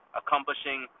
accomplishing